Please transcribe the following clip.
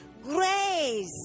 grace